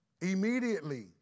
Immediately